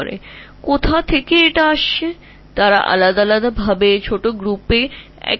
নীচে এসে দেখ যেখান থেকে এর উৎপত্তি হচ্ছে তারা ভিন্নভাবে করে তারা মহাদেশে ভিন্নভাবে আছে